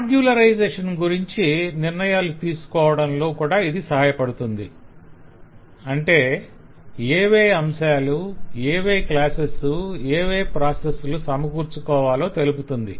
modularisation గురించి నిర్ణయాలు తీసుకోవడంలో కూడా ఇది సహాయపడుతుంది అంటే ఏవే అంశాలు ఏవే క్లాసెస్ ఏవే ప్రాసెస్ లు సమకూర్చుకోవాలో తెలుపుతుంది